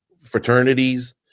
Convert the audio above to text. fraternities